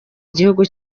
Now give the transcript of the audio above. igihugu